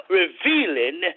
revealing